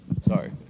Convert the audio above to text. Sorry